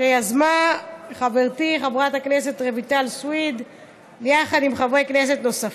שיזמה חברתי חברת הכנסת רויטל סויד יחד עם חברי כנסת נוספים.